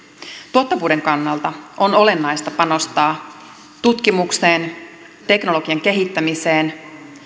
tuottavuuden kannalta on olennaista panostaa tutkimukseen teknologian kehittämiseen